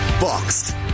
Boxed